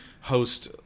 host